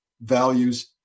values